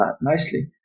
nicely